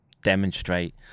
demonstrate